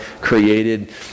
created